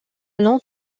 long